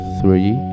three